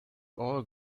all